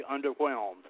underwhelmed